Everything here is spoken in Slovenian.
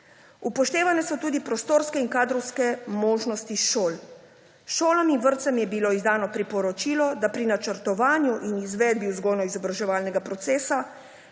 Upoštevane so tudi prostorske in kadrovske možnosti šol. Šolam in vrtcem je bilo izdano priporočilo, da pri načrtovanju in izvedbi vzgojno-izobraževalnega procesa